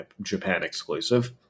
Japan-exclusive